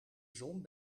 zon